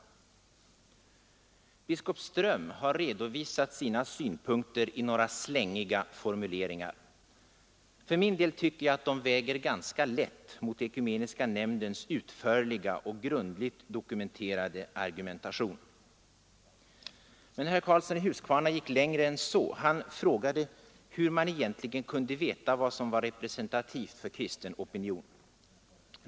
Biskop Ström har redovisat sina synpunkter i några slängiga formuleringar. För min del tycker jag att de väger ganska lätt mot Ekumeniska nämndens utförliga och grundligt dokumenterade argumentation. Herr Karlsson i Huskvarna gick längre än så. Han frågade hur man kunde veta vad som egentligen var representativt för kristen opinion.